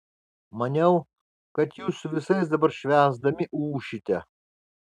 maniau kad jūs su visais dabar švęsdami ūšite